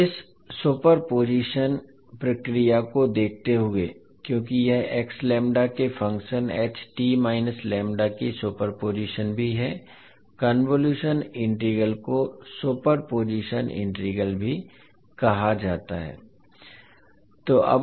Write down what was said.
तो इस superposition प्रक्रिया को देखते हुए क्योंकि यह के फंक्शन की सुपर पोजिशन भी है कन्वोलुशन इंटीग्रल को सुपर पोजिशन इंटीग्रल भी कहा जाता है